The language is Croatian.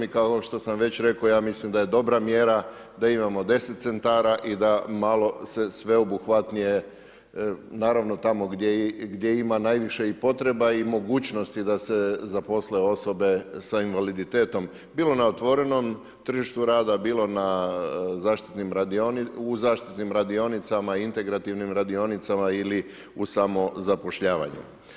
I kao što sam već rekao, ja mislim da je dobra mjera da imamo 10 centara i da malo, se sveobuhvatnije, naravno tamo gdje ima najviše potreba i mogućnosti da se zaposle osobe s invaliditetom, bilo na otvorenom tržištu rada, bilo na zašitimo radionicama i integrativnim radionicama ili u samom zapošljavanju.